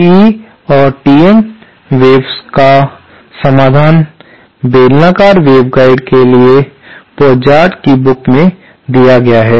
TE और TM तरंगों का समाधान बेलनाकार वेवगाइड के लिए Pozart की पुस्तक में दिया गया है